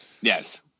Yes